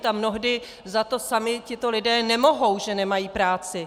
A mnohdy za to sami tito lidé nemohou, že nemají práci.